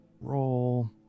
roll